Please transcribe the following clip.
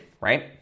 right